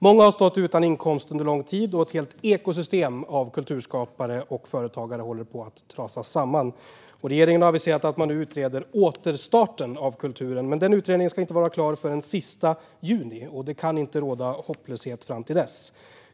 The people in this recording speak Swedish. Många har stått utan inkomst under lång tid, och ett helt ekosystem av kulturskapare och företagare håller på att trasas sönder. Regeringen har aviserat att man nu utreder återstarten av kulturen. Den utredningen ska dock inte vara klar förrän den sista juni, och det kan inte råda hopplöshet fram till dess.